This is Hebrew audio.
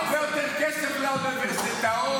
הרבה יותר כסף לאוניברסיטאות,